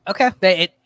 Okay